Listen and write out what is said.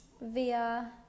via